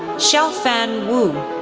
xiaofan wu,